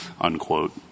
unquote